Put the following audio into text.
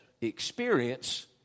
experience